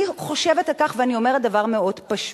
אני חושבת על כך ואני אומרת דבר מאוד פשוט: